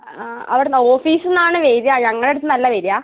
ആ അവിടെ നിന്ന് ഓഫീസിൽ നിന്നാണ് വരിക ഞങ്ങളുടെ അടുത്തു നിന്നല്ല വരിക